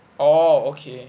orh okay